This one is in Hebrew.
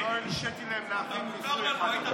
היית פעם בליכוד?